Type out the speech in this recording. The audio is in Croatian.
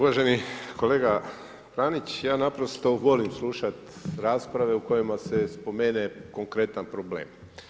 Uvaženi kolega Pranić, ja naprosto volim slušati rasprave u kojima se spomene konkretan problem.